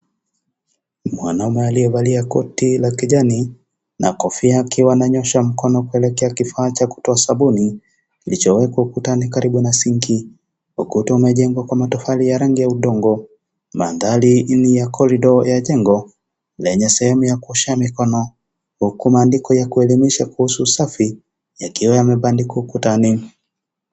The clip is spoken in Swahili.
Mwanaume aliyevalia koti la kijani na kofia akiwa ananyosha mkono kuelekea kifaa cha kutoa sabuni kilichowekwa ukutani karibu na sinki. Ukuta umejengwa kwa matofali ya rangi ya udongo madhari ni ya corridor la jengo lenye sehemu ya kuoshea mkono huku maandiko ya kuelimisha kuhusu usafi yakiwa yamebandikwa ukutani.